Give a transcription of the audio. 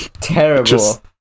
terrible